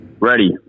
Ready